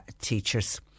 teachers